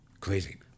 crazy